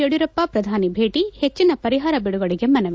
ಯಡಿಯೂರಪ್ಪ ಪ್ರಧಾನಿ ಭೇಟಿ ಹೆಚ್ಚಿನ ಪರಿಹಾರ ಬಿಡುಗಡೆಗೆ ಮನವಿ